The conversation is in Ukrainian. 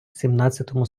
сімнадцятому